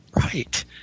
Right